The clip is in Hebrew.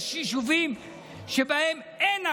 יש יישובים שבהם אין ערבים,